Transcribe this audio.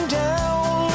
down